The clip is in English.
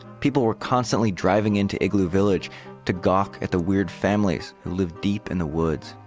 people were constantly driving into igloo village to gawk at the weird families who lived deep in the woods,